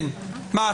מה,